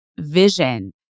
vision